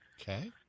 okay